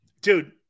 Dude